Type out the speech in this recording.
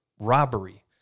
robbery